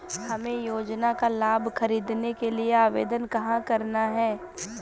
हमें योजना का लाभ ख़रीदने के लिए आवेदन कहाँ करना है?